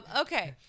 Okay